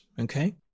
Okay